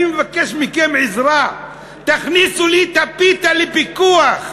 עני שמבקש מכם עזרה: תכניסו לי את הפיתה לפיקוח,